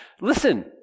Listen